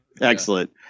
Excellent